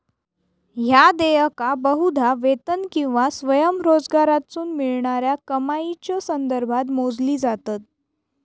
ह्या देयका बहुधा वेतन किंवा स्वयंरोजगारातसून मिळणाऱ्या कमाईच्यो संदर्भात मोजली जातत